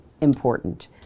important